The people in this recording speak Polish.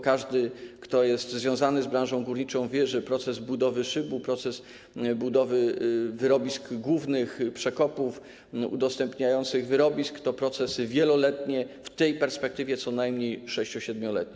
Każdy, kto jest związany z branżą górniczą, wie, że procesy budowy szybu, budowy wyrobisk głównych, przekopów, udostępniających wyrobisk, to procesy wieloletnie, w tej perspektywie co najmniej 6-, 7-letnie.